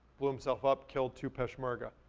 blew himself up, killed two peshmerga.